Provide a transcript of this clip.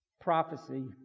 prophecy